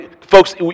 Folks